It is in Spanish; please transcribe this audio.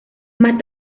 más